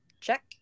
Check